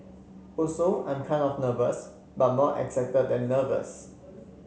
also I'm kind of nervous but more excited than nervous